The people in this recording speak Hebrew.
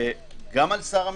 גם על שר המשפטים,